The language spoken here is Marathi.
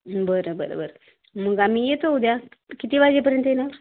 बरं बरं बरं मग आम्ही येतो उद्या किती वाजेपर्यंत येणार